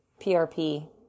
PRP